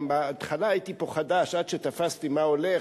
גם בהתחלה, הייתי פה חדש, עד שתפסתי מה הולך.